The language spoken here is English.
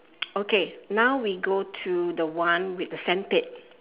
okay now we go to the one with a sandpit